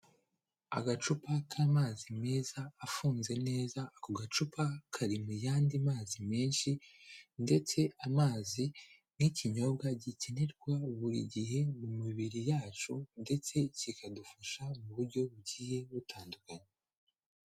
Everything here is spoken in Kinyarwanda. Agacupa k'amazi meza afunze neza, ako gacupa kari mu yandi mazi menshi, ndetse amazi ni ikinyobwa gikenerwa buri gihe mu mibiri yacu, ndetse kikadufasha mu buryo bugiye butandukanye.